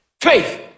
Faith